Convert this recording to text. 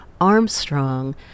Armstrong